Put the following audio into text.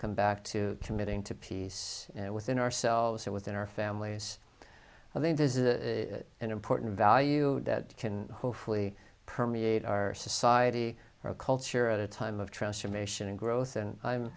come back to committing to peace within ourselves or within our families i think this is an important value that can hopefully permeate our society or culture at a time of transformation and growth and i'm